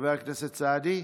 חבר הכנסת סעדי,